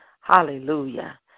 Hallelujah